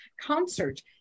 concert